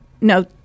No